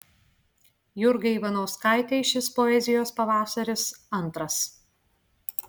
jurgai ivanauskaitei šis poezijos pavasaris antras